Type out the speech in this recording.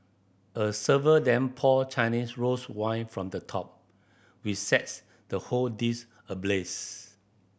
a server then pour Chinese rose wine from the top which sets the whole dish ablaze